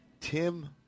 Tim